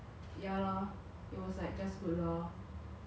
oh ya I haven't tried eh did I try B_B_Q in